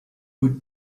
would